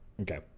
Okay